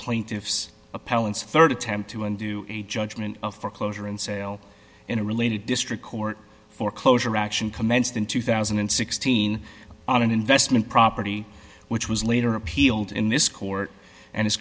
plaintiff's appellants rd attempt to undo a judgment of foreclosure and sale in a related district court foreclosure action commenced in two thousand and sixteen on an investment property which was later appealed in this court and is